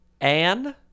Anne